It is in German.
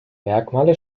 merkmale